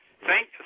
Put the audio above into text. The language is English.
Thank